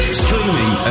streaming